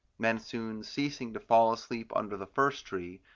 men soon ceasing to fall asleep under the first tree,